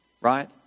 Right